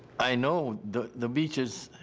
i know the the beaches